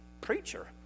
preacher